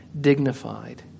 dignified